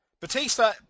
batista